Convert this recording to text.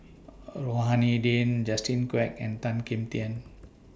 Rohani Din Justin Quek and Tan Kim Tian